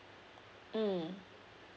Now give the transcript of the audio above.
mm